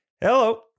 Hello